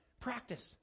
Practice